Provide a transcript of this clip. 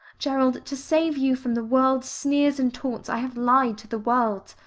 gerald, to save you from the world's sneers and taunts i have lied to the world.